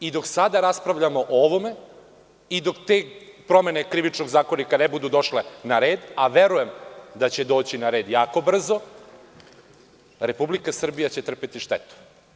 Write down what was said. Dok sada raspravljamo o ovome i dok te promene KZ ne budu došle na red, a verujem da će doći na red jako brzo, Republika Srbija će trpeti štetu.